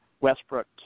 Westbrook